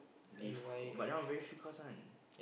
Lyft got but that one very few cars one